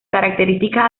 características